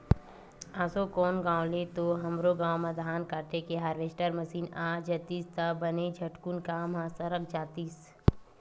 एसो कोन गाँव ले तो हमरो गाँव म धान काटे के हारवेस्टर मसीन आ जातिस त बने झटकुन काम ह सरक जातिस